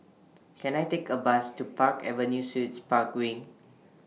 Can I Take A Bus to Park Avenue Suites Park Wing